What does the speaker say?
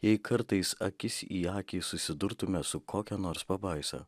jei kartais akis į akį susidurtume su kokia nors pabaisa